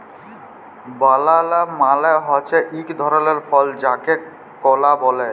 বালালা মালে হছে ইক ধরলের ফল যাকে কলা ব্যলে